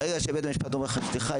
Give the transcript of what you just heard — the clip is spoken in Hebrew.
ברגע שבית המשפט אומר: סליחה,